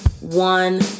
one